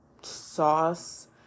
sauce